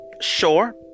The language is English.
Sure